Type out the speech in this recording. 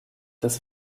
des